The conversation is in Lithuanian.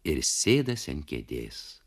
ir sėdasi ant kėdės